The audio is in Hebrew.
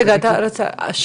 רגע, אני רוצה להבין.